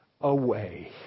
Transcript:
away